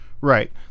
Right